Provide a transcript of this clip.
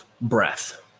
breath